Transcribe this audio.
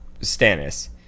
stannis